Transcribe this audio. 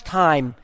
time